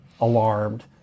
alarmed